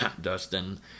Dustin